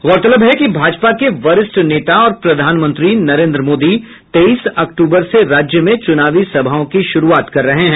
गौरतलब है कि भाजपा के वरिष्ठ नेता और प्रधानमंत्री नरेन्द्र मोदी तेईस अक्तूबर से राज्य में चुनावी सभाओं की शुरूआत कर रहे हैं